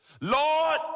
Lord